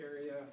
area